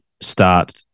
start